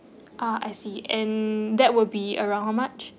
ah I see and that will be around how much